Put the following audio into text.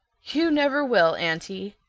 you never will, aunty.